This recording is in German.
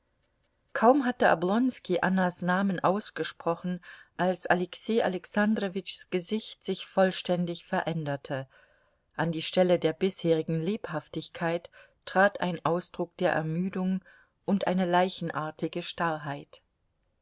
kaum hatte oblonski annas namen ausgesprochen als alexei alexandrowitschs gesicht sich vollständig veränderte an die stelle der bisherigen lebhaftigkeit trat ein ausdruck der ermüdung und eine leichenartige starrheit